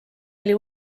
oli